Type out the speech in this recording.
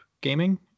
gaming